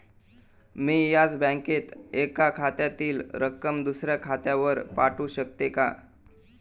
मी याच बँकेत एका खात्यातील रक्कम दुसऱ्या खात्यावर पाठवू शकते का?